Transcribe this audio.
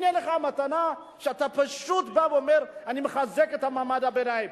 הנה לך מתנה שאתה פשוט בא ואומר: אני מחזק את מעמד הביניים.